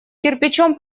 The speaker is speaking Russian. кирпичом